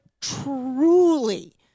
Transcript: truly